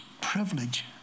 privilege